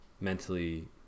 mentally